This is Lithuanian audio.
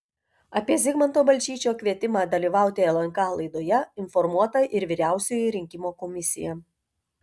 apie zigmanto balčyčio kvietimą dalyvauti lnk laidoje informuota ir vyriausioji rinkimų komisija